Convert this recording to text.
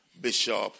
bishop